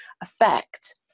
effect